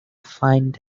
find